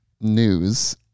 news